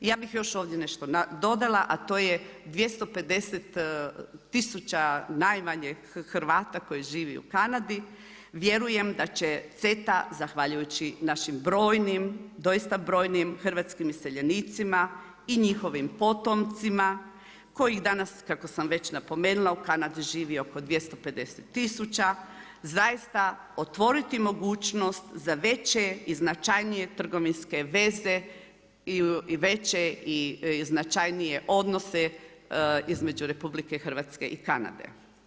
Ja bih ovdje još nešto nadodala a to je 250 tisuća najmanje Hrvata koji živi u Kanadi, vjerujem da će CETA zahvaljujući našim brojnim, doista brojnim hrvatskim iseljenicima i njihovim potomcima, koji danas, kako sam već napomenula, u Kanadi živi oko 250 tisuća, zaista otvoriti mogućnost za veće i značajnije trgovinske veze i veće i značajnije odnose između RH i Kanade.